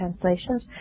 translations